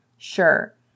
Sure